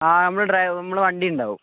ആ നമ്മൾ ഡ്രൈവ് നമ്മളെ വണ്ടി ഉണ്ടാകും